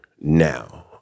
now